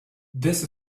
this